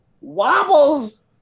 Wobbles